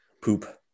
poop